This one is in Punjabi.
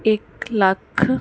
ਇੱਕ ਲੱਖ